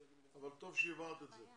רשמתי את זה, אבל טוב שהבהרת את זה.